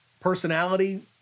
personality